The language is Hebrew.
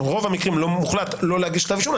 לא מוחלט לא להגיש כתב אישום,